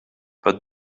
but